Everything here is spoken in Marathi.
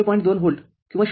२ व्होल्ट किंवा 0